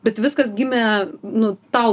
bet viskas gimė nu tau